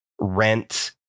rent